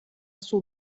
sul